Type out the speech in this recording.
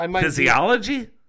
Physiology